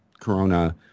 Corona